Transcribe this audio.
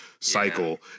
cycle